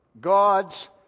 God's